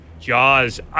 Jaws